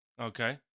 Okay